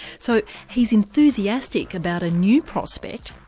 so he's enthusiastic about a new prospect,